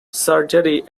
surgery